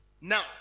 Now